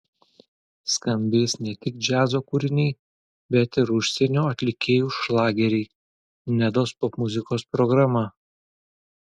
skambės ne tik džiazo kūriniai bet ir užsienio atlikėjų šlageriai nedos popmuzikos programa